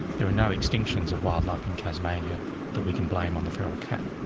there are no extinctions of wildlife in tasmania that we can blame on the feral cat.